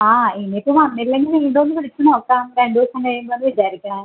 ആ ഇനി ഇപ്പോൾ വന്നില്ലെങ്കിൽ വീണ്ടും ഒന്ന് വിളിച്ച് നോക്കാം രണ്ട് ദിവസം കഴിയുമ്പോൾ വിചാരിക്കുന്നു